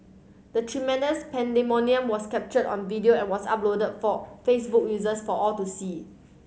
the tremendous pandemonium was captured on video and was uploaded for Facebook users for all to see